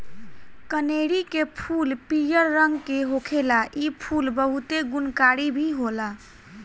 कनेरी के फूल पियर रंग के होखेला इ फूल बहुते गुणकारी भी होला